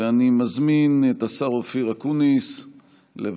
ואני מזמין את השר אופיר אקוניס לברך